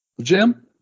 Jim